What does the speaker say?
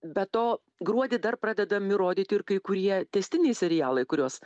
be to gruodį dar pradedami rodyti ir kai kurie tęstiniai serialai kuriuos